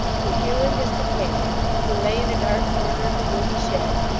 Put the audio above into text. to hugh and his companion, who lay in a dark corner of the gloomy shed,